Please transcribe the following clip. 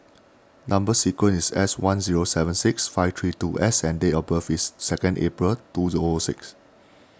Number Sequence is S one zero seven six five three two S and date of birth is second April two O O six